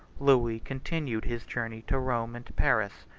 louis continued his journey to rome and paris.